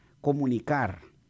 comunicar